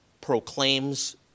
proclaims